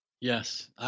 Yes